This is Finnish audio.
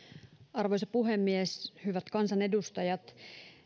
arvoisa puhemies hyvät kansanedustajat